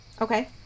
Okay